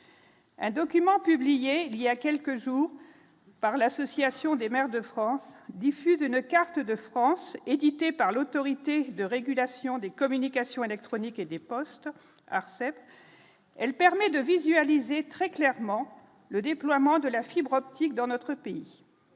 Un document publié il y a quelques jours par l'Association des maires de France diffuse une carte de France éditée par l'Autorité de régulation des communications électroniques et des postes Arcep : elle permet de visualiser très clairement le déploiement de la fibre optique dans notre pays,